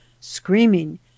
SCREAMING